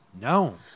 No